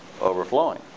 overflowing